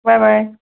bye bye